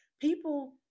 People